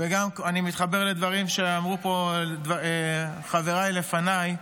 וגם אני מתחבר לדברים שאמרו פה חבריי לפניי,